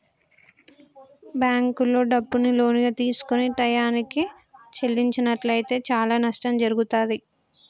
బ్యేంకుల్లో డబ్బుని లోనుగా తీసుకొని టైయ్యానికి చెల్లించనట్లయితే చానా నష్టం జరుగుతాది